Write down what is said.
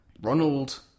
Ronald